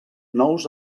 nous